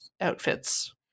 outfits